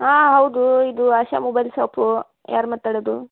ಹಾಂ ಹೌದು ಇದು ಆಶಾ ಮೊಬೈಲ್ ಶಾಪು ಯಾರು ಮಾತಾಡೋದು